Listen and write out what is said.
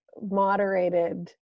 moderated